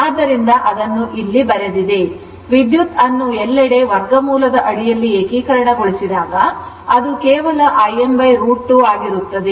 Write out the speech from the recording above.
ಆದ್ದರಿಂದ ಅದು ಅದನ್ನು ಇಲ್ಲಿ ಬರೆದಿದೆ ವಿದ್ಯುತ್ ಅನ್ನು ಎಲ್ಲೆಡೆ ವರ್ಗಮೂಲದ ಅಡಿಯಲ್ಲಿ ಏಕೀಕರಣಗೊಳಿಸಿದಾಗ ಅದು ಕೇವಲ Im √2 ಆಗಿರುತ್ತದೆ